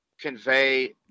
convey